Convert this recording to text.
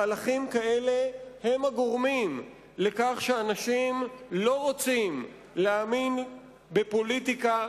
מהלכים כאלה הם הגורמים לכך שאנשים לא רוצים להאמין בפוליטיקה,